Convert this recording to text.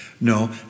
No